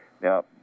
Now